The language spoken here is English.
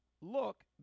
Look